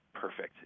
perfect